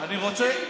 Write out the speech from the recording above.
זה בושה וחרפה.